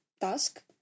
task